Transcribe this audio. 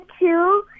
two